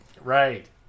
Right